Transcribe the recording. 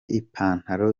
ipantalo